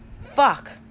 fuck